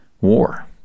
war